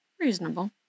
Reasonable